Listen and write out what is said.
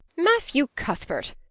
matthew cuthbert,